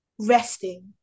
resting